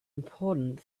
important